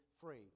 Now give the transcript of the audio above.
free